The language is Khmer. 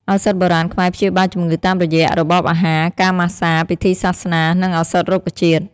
ឱសថបុរាណខ្មែរព្យាបាលជំងឺតាមរយៈរបបអាហារ ការម៉ាស្សា ពិធីសាសនា និងឱសថរុក្ខជាតិ។